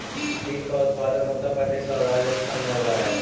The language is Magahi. तिल का उत्पादन उत्तर प्रदेश और राजस्थान में होवअ हई